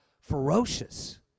ferocious